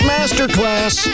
Masterclass